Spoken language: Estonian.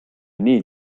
nii